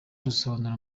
rusobanura